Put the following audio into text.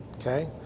Okay